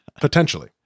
Potentially